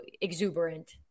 exuberant